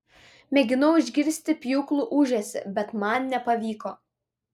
mėginau išgirsti pjūklų ūžesį bet man nepavyko